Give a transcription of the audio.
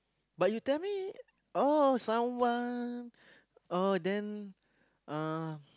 but you tell me oh someone oh then uh